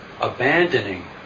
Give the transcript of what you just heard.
abandoning